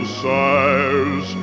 sires